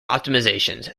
optimizations